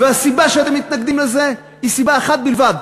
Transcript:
הסיבה שאתם מתנגדים לזה היא סיבה אחת בלבד,